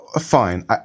Fine